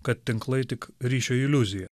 kad tinklai tik ryšio iliuzija